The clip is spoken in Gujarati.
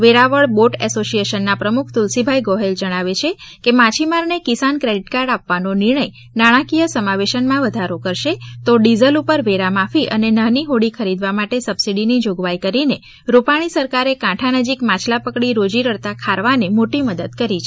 વેરાવળ બોટ અસોશિએશનના પ્રમુખ તુલસીભાઈ ગોહેલ જણાવે છેકે માછીમારને કિસાન ક્રેડિટકાર્ડ આપવાનો નિર્ણય નાણાકીય સમાવેશનમાં વધારો કરશે તો ડીઝલ ઉપર વેરા માફી અને નાની હોડી ખરીદવા માટે સબસિડીનો જોગવાઈ કરીને રૂપાણી સરકારેકાંઠા નજીક માછલાં પકડી રીજી રળતા ખારવાને મોટી મદદ કરી છે